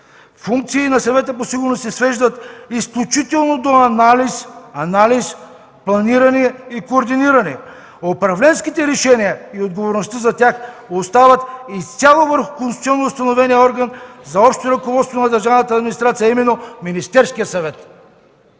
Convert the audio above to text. функции на Съвета по сигурност се свеждат изключително до анализ, планиране и координиране. Управленските решения и отговорността за тях остават изцяло върху конституционно установения орган за общо ръководство на държавната администрация, а именно Министерският съвет.”